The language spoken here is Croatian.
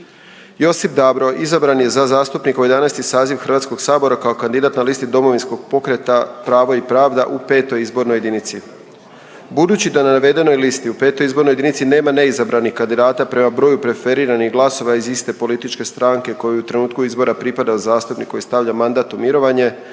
Josip Dabro izabran je za zastupnika u 11. saziv Hrvatskog sabora kao kandidat na listi Domovinskog pokreta pravo i pravda u 5. izbornoj jedinici. Budući da na navedenoj listi u 5. izbornoj jedinici nema neizabranih kandidata prema broju preferiranih glasova i iste političke stranke koji u trenutku izbora pripada zastupniku i stavlja mandat u mirovanje,